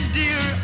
dear